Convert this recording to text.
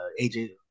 AJ